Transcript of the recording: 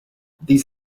these